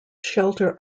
shelter